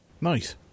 Nice